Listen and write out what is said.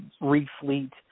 refleet